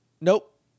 Nope